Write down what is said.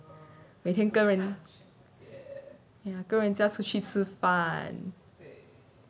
每天跟 ya 跟人家出去吃饭